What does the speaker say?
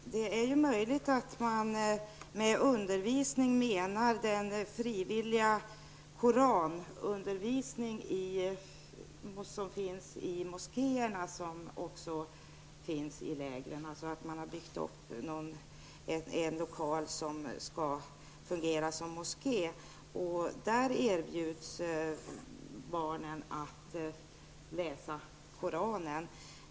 Herr talman! Det är ju möjligt att man med undervisning menar den frivilliga koranundervisning som förekommer i de moskéer som finns i lägren. Man har byggt upp en lokal som skall fungera som moské, och där erbjuds barnen att läsa Koranen.